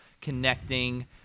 connecting